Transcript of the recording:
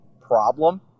problem